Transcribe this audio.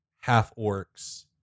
half-orcs